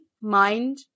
mind